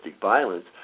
violence